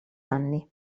anni